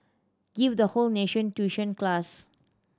give the whole nation tuition class